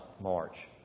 march